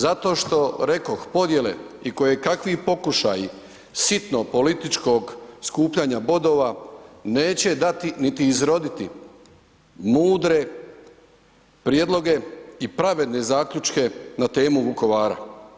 Zato što rekoh, podjele i kojekakvi pokušaji sitno političkog skupljanja bodova neće dati niti izroditi mudre prijedloge i pravedne zaključke na temu Vukovara.